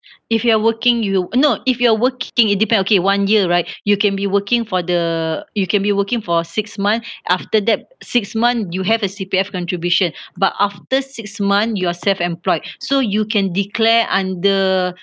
if you are working you no if you're working it depend okay one year right you can be working for the you can be working for six month after that six month you have a C_P_F contribution but after six month you are self-employed so you can declare under